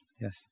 Yes